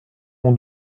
mon